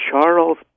Charles